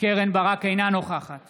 אינה נוכחת